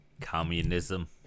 communism